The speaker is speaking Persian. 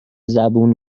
زبون